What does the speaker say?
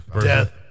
Death